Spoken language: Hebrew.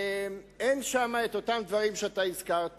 אין שם את אותם דברים שאתה הזכרת.